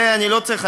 אני לא צריך,